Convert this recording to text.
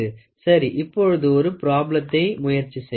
சரி இப்பொழுது ஒரு ப்ராப்ளத்தை முயற்சி செய்வோம்